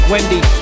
Wendy